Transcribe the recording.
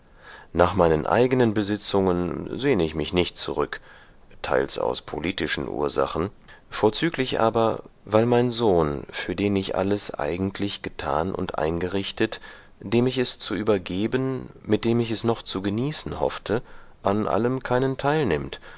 nach meinen eigenen besitzungen sehne ich mich nicht zurück teils aus politischen ursachen vorzüglich aber weil mein sohn für den ich alles eigentlich getan und eingerichtet dem ich es zu übergeben mit dem ich es noch zu genießen hoffte an allem keinen teil